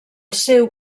seu